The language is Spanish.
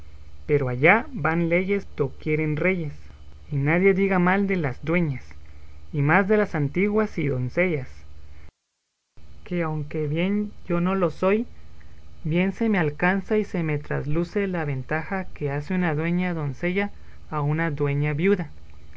pero allá van leyes do quieren reyes y nadie diga mal de las dueñas y más de las antiguas y doncellas que aunque yo no lo soy bien se me alcanza y se me trasluce la ventaja que hace una dueña doncella a una dueña viuda